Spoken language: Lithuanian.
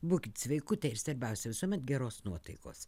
būkit sveikutė ir svarbiausia visuomet geros nuotaikos